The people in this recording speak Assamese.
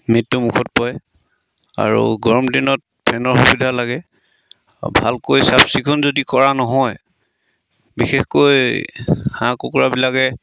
মৃত্যুমুখত পৰে আৰু গৰম দিনত ফেনৰ সুবিধা লাগে ভালকৈ চাফচিকুণ যদি কৰা নহয় বিশেষকৈ হাঁহ কুকুৰাবিলাকে